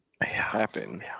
happen